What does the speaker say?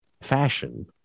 Fashion